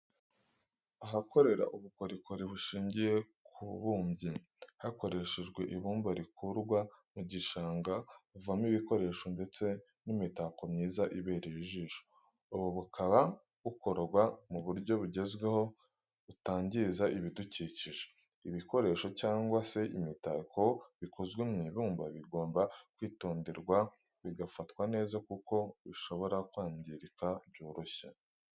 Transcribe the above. Ahakorera ubukorikori bushingiye ku bubumbyi hakoreshejwe ibumba rikurwa mu gishanga buvamo ibikoresho ndetse n'imitako myiza ibereye ijisho, ubu bukaba bukorwa mu buryo bugezweho butangiza ibidukikije, ibikoresho cyangwa se imitako bikozwe mu ibumba bigomba kwitonderwa bigafatwa neza kuko bishobora kwangirika byoroshye.